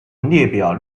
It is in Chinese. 列表